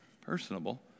personable